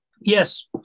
yes